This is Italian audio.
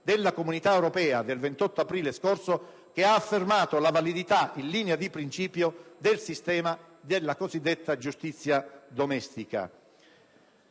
dell'uomo del 28 aprile scorso, che ha affermato la validità in linea di principio del sistema della cosiddetta giustizia domestica.